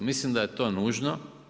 Mislim da je to nužno.